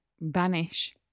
banish